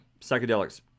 psychedelics